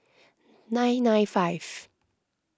nine nine five